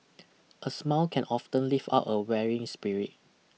a smile can often lift up a weary spirit